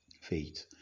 faith